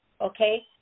okay